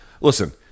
listen